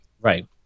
Right